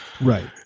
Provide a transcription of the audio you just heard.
Right